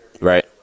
Right